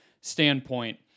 standpoint